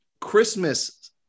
Christmas